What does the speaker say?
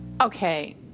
okay